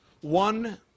One